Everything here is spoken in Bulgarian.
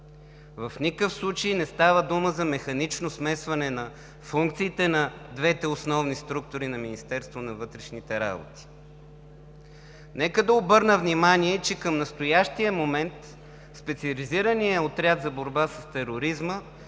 В никакъв случай не става дума за механично смесване на функциите на двете основни структури на Министерството на вътрешните работи. Нека да обърна внимание, че към настоящия момент Специализираният отряд за борба с тероризма